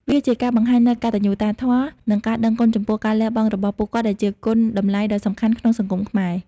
វាជាការបង្ហាញនូវកតញ្ញូតាធម៌ និងការដឹងគុណចំពោះការលះបង់របស់ពួកគាត់ ដែលជាគុណតម្លៃដ៏សំខាន់ក្នុងសង្គមខ្មែរ។